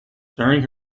during